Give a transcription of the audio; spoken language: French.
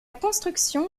construction